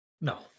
no